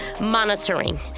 monitoring